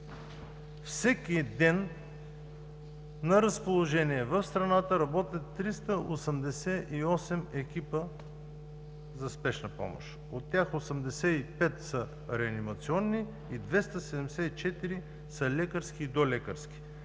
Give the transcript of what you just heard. Всеки ден на разположение в страната работят 388 екипа за спешна помощ. От тях 85 са реанимационни и 274 са лекарски и долекарски.